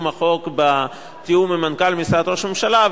החוק בתיאום עם מנכ"ל משרד ראש הממשלה,